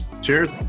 cheers